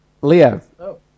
Leo